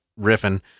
riffing